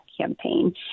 campaign